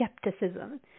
skepticism